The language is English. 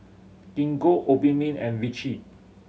Gingko Obimin and Vichy